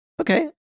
okay